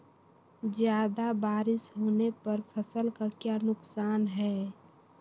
ज्यादा बारिस होने पर फसल का क्या नुकसान है?